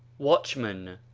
watchman,